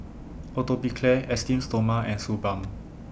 Atopiclair Esteem Stoma and Suu Balm